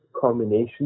combination